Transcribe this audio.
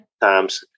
times